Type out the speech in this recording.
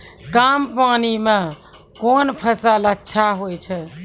कम पानी म कोन फसल अच्छाहोय छै?